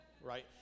right